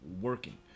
working